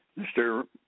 Mr